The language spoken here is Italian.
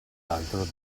altro